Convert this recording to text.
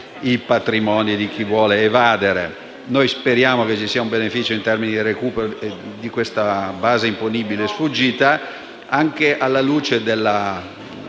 i patrimoni di chi vuole evadere. Noi speriamo che ci sia un beneficio in termini di recupero di questa base imponibile sfuggita, anche alla luce della